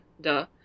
duh